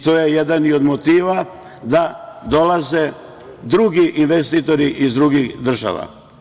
To je jedan od motiva da dolaze drugi investitori iz drugih država.